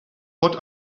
what